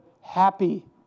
happy